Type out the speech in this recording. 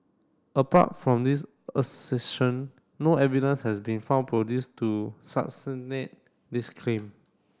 apart from this assertion no evidence has been found produced to this claim